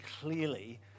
clearly